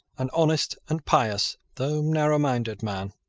an honest and pious, though narrowminded, man,